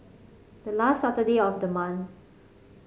the last Saturday of the month